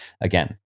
again